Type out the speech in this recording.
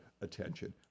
attention